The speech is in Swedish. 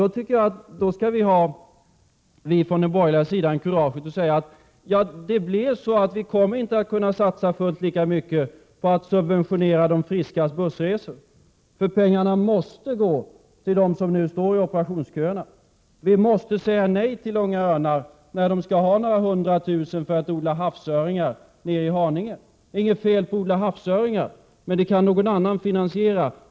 Jag tycker att vi från den borgerliga sidan då skall ha kuraget att säga: Ja, det blir så att vi inte kommer att kunna satsa fullt lika mycket på att subventionera de friskas bussresor, för pengarna måste gå till dem som nu står i operationsköerna. Vi måste säga nej till Unga örnar då de vill ha några 100 000 kr. för att odla havsöringar nere i Haninge. Det är inget fel på att odla havsöringar, men det kan någon annan finansiera.